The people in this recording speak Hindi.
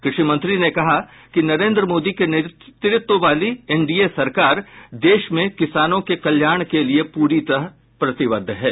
कृषि मंत्री ने कहा कि नरेंद्र मोदी के नेतृत्व वाली एनडीए सरकार देश में किसानों के कल्याण के लिए पूरी तरह प्रतिबद्धहै